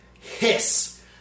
hiss